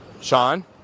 Sean